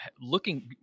Looking